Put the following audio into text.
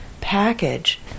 package